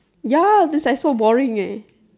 ya this like so boring eh